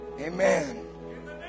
Amen